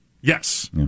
yes